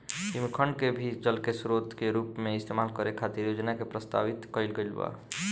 हिमखंड के भी जल के स्रोत के रूप इस्तेमाल करे खातिर योजना के प्रस्तावित कईल गईल बा